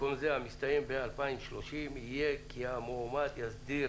במקום זה המסתיים ב-2030 יהיה כי המועמד יסדיר